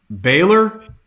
Baylor